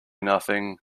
nothing